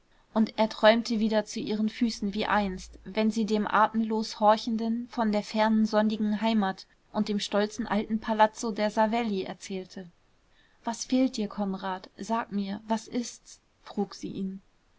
und er träumte wieder zu ihren füßen wie einst wenn sie dem atemlos horchenden von der fernen sonnigen heimat und dem stolzen alten palazzo der savelli erzählte was fehlt dir konrad sag mir was ist's frug sie ihn